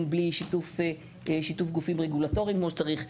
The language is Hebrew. בלי שיתוף גופים רגולטוריים כמו שצריך,